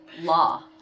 law